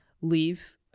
leave